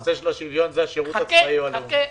הנושא של השוויון זה השירות הצבאי או הלאומי.